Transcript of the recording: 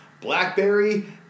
Blackberry